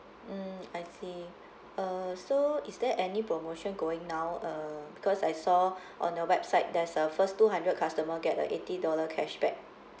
mm I see uh so is there any promotion going now uh because I saw on the website there's a first two hundred customer get a eighty dollar cashback